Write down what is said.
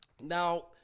now